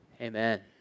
Amen